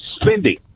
spending